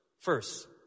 first